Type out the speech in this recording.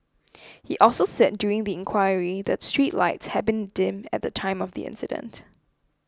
he also said during the inquiry that the street lights had been dim at the time of the accident